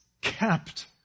kept